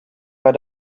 bei